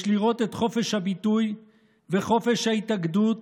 יש לראות את חופש הביטוי וחופש ההתאגדות